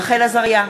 רחל עזריה,